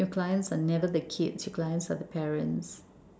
your clients are never the kids your clients are the parents